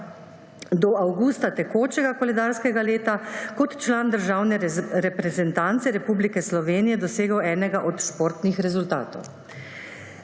do avgusta tekočega koledarskega leta kot član državne reprezentance Republike Slovenije dosegel enega od športnih rezultatov.